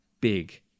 big